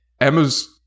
emma's